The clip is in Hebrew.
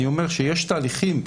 אני אומר שיש תהליכים.